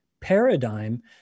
paradigm